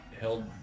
held